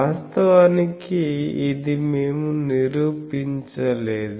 వాస్తవానికి ఇది మేము నిరూపించలేదు